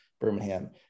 Birmingham